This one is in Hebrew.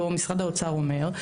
או משרד האוצר אומר,